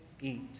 eat